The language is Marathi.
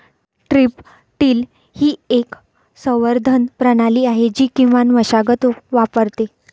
स्ट्रीप टिल ही एक संवर्धन प्रणाली आहे जी किमान मशागत वापरते